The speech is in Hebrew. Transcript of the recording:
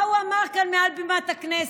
מה הוא אמר כאן מעל בימת הכנסת?